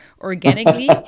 organically